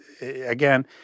again